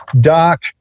Doc